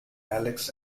alex